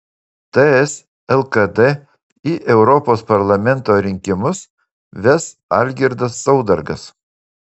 ts lkd į europos parlamento rinkimus ves algirdas saudargas